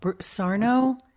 Sarno